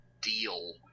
deal